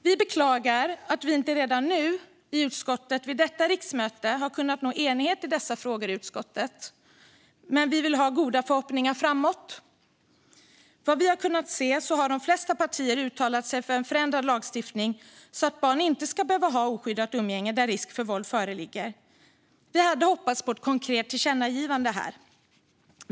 Vi beklagar att vi inte redan nu i utskottet vid detta riksmöte har kunnat nå enighet i dessa frågor, men vi har goda förhoppningar framåt. Såvitt vi har kunnat se har de flesta partier uttalat sig för en förändrad lagstiftning, så att barn inte ska behöva ha oskyddat umgänge där risk för våld föreligger. Vi hade också hoppats på ett konkret tillkännagivande här.